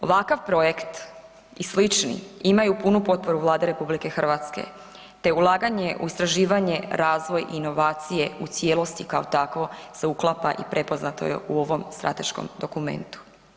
Ovakav projekt i slični imaju punu potporu Vlade RH te ulaganje u istraživanje, razvoj i inovacije u cijelosti kao takvo se uklapa i prepoznato je u ovom strateškom dokumentu.